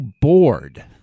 bored